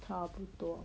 差不多